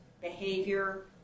behavior